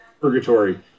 purgatory